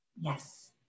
Yes